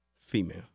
female